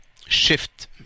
shift